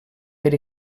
per